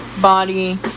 body